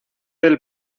del